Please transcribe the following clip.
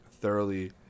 thoroughly